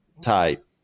type